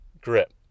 GRIP